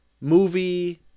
movie